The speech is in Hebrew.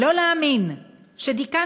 לא להאמין שדיקן,